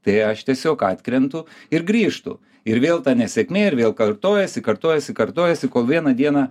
tai aš tiesiog atkrentu ir grįžtu ir vėl ta nesėkmė ir vėl kartojasi kartojasi kartojasi kol vieną dieną